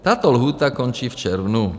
Tato lhůta končí v červnu.